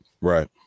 Right